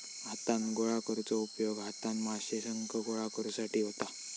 हातान गोळा करुचो उपयोग हातान माशे, शंख गोळा करुसाठी होता